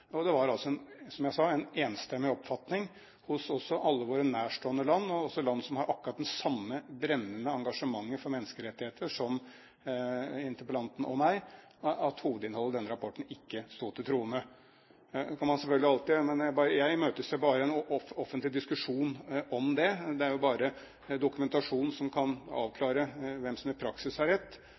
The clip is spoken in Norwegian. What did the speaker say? den. Det var altså, som jeg sa, en enstemmig oppfatning hos alle våre nærstående land, også hos land som har akkurat det samme brennende engasjementet for menneskerettigheter som interpellanten og jeg, om at hovedinnholdet i denne rapporten ikke sto til troende. Jeg imøteser bare en offentlig diskusjon om det. Det er jo bare dokumentasjon som kan avklare hvem som i praksis har rett.